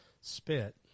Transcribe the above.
spit